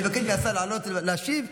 אני מבקש מהשר לעלות להשיב,